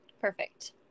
Perfect